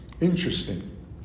Interesting